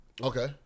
Okay